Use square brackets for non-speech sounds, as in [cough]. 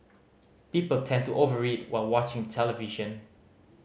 people tend to over [unintelligible] while watching the television